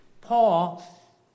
Paul